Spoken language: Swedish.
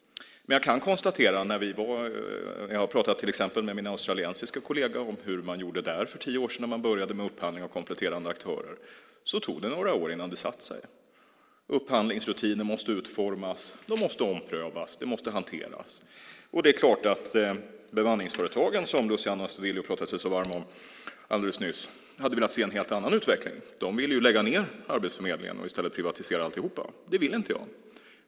Men jag har pratat till exempel med min australiensiske kollega om hur man gjorde där för tio år sedan när man började med upphandling av kompletterande aktörer, och jag kan konstatera att det tog några år innan det satte sig. Upphandlingsrutiner måste utformas. De måste omprövas. Det måste hanteras. Det är klart att bemanningsföretagen, som Luciano Astudillo pratade sig så varm för alldeles nyss, hade velat se en helt annan utveckling. De ville ju lägga ned Arbetsförmedlingen och i stället privatisera alltihop. Det vill inte jag.